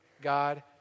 God